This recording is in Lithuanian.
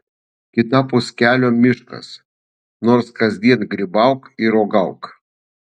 kitapus kelio miškas nors kasdien grybauk ir uogauk